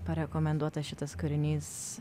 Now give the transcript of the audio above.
parekomenduotas šitas kūrinys